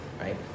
right